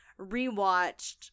rewatched